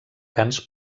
cants